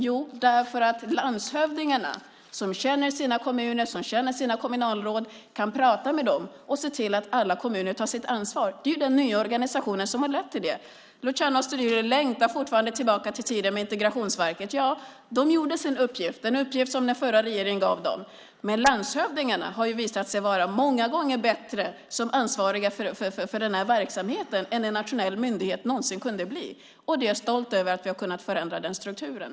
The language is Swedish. Jo, därför att landshövdingarna som känner sina kommuner och som känner sina kommunalråd kan tala med dem och se till att alla kommuner tar sitt ansvar. Det är den nya organisationen som har lett till det. Luciano Astudillo längtar fortfarande tillbaka till tiden med Integrationsverket. Ja, de gjorde sin uppgift, den uppgift som den förra regeringen gav dem. Men landshövdingarna har visat sig vara många gånger bättre som ansvariga för denna verksamhet än en nationell myndighet någonsin kunde bli. Jag är stolt över att vi har kunnat förändra den strukturen.